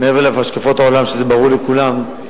מעבר להשקפות העולם שברורות לכולם,